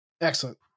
Excellent